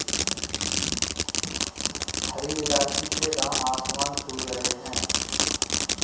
हरी इलायची के दाम आसमान छू रहे हैं